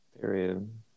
Period